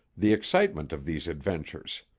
the excitement of these adventures.